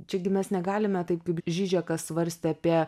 čia gi mes negalime taip kaip žižekas svarstė apie